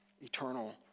eternal